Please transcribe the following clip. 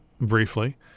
Briefly